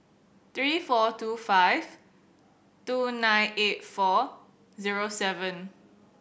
three four two five two nine eight four zero seven